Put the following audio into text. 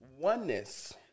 oneness